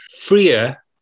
freer